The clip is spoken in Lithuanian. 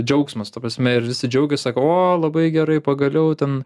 džiaugsmas ta prasme ir visi džiaugias sako o labai gerai pagaliau ten